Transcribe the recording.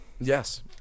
yes